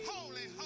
Holy